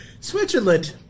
Switzerland